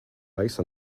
ice